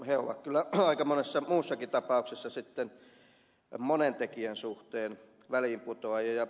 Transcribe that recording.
he ovat kyllä aika monessa muussakin tapauksessa sitten monen tekijän suhteen väliinputoajia